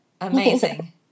Amazing